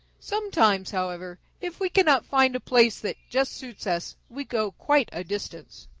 sometimes, however, if we cannot find a place that just suits us, we go quite a distance.